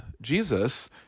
Jesus